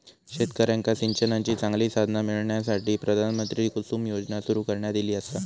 शेतकऱ्यांका सिंचनाची चांगली साधना मिळण्यासाठी, प्रधानमंत्री कुसुम योजना सुरू करण्यात ईली आसा